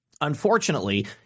unfortunately